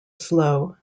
slow